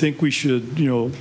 think we should